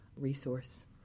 resource